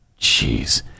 Jeez